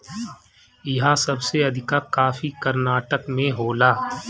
इहा सबसे अधिका कॉफ़ी कर्नाटक में होला